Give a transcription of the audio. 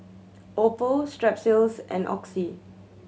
Oppo Strepsils and Oxy